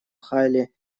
хайле